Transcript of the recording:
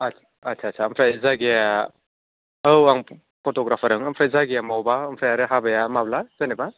आद आदसा आदसा आमफ्राय जायगाया औ आं फट'ग्राफार आमफ्राय जायगाया मबबा आमफ्राय आरो हाबाया माब्ला जेनेबा